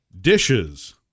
Dishes